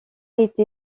été